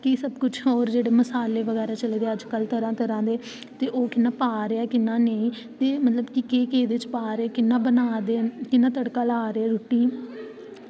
कि सबकुछ ओह् जेह्ड़े मसाले बगैरा चलै दे अज्जकल तरह तरह दे ते ओह् कियां पा रेहा ते कियां नेईं ते मतलब कि केह् केह् एह्दे च पा दे केह् केह् नेईं ते कियां तड़का ला दे रुट्टी